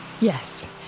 Yes